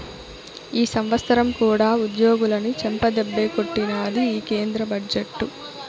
ఈ సంవత్సరం కూడా ఉద్యోగులని చెంపదెబ్బే కొట్టినాది ఈ కేంద్ర బడ్జెట్టు